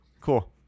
cool